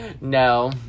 No